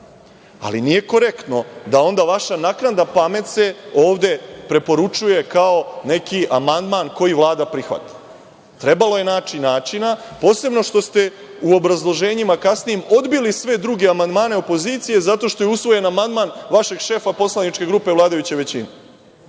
Ali, nije korektno da onda vaša naknadna pamet se ovde preporučuje kao neki amandman koji Vlada prihvata. Trebalo je naći načina, posebno što ste u obrazloženjima kasnijim odbili sve druge amandmane opozicije zato što je usvojen amandman vašeg šefa poslaničke grupe vladajuće većine.